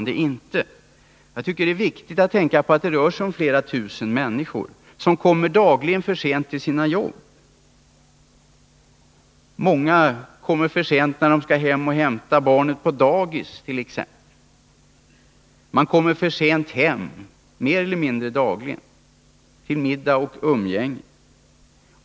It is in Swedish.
Det är viktigt att betänka att det här rör sig om flera tusen människor som nästan dagligen kommer för sent till sina jobb, och många kommer för sent hem för att kunna hämta sina barn på dagis. Likaså kommer många för sent hem till middag och umgänge.